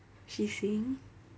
she sing